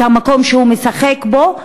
את המקום שהוא משחק בו,